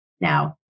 Now